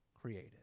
created